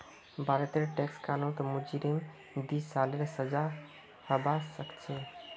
भारतेर टैक्स कानूनत मुजरिमक दी सालेर सजा हबा सखछे